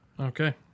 Okay